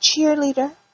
cheerleader